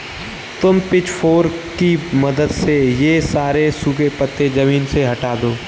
तुम पिचफोर्क की मदद से ये सारे सूखे पत्ते ज़मीन से हटा दो